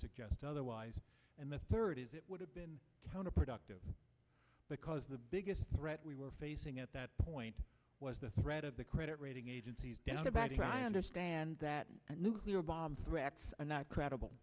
suggest otherwise and the third is it would have been counterproductive because the biggest threat we were facing at that point was the threat of the credit rating agencies doubt about it i understand that a nuclear bomb threats are not credible